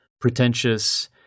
pretentious